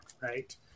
right